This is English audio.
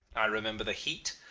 i remember the heat,